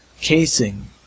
casing